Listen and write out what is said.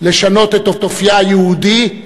לשנות את אופייה היהודי.